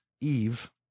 Eve